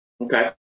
Okay